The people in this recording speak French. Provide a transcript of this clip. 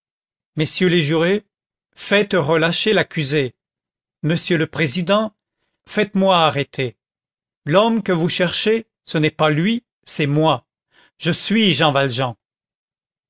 messieurs les jurés faites relâcher l'accusé monsieur le président faites-moi arrêter l'homme que vous cherchez ce n'est pas lui c'est moi je suis jean valjean